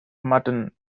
mutton